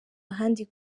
ahandi